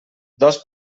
dos